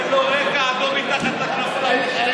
תן לו רקע אדום מתחת לכנפיים,